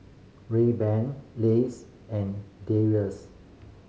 Rayban Lays and